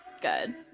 good